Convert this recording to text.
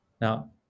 Now